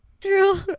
True